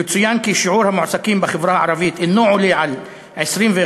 יצוין כי שיעור המועסקים בחברה הערבית אינו עולה על 21%,